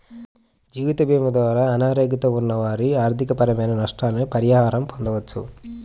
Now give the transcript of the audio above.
జీవితభీమా ద్వారా అనారోగ్యంతో ఉన్న వారి ఆర్థికపరమైన నష్టాలకు పరిహారం పొందవచ్చు